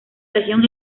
región